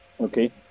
Okay